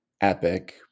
epic